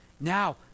now